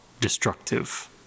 destructive